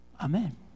Amen